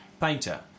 painter